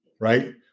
right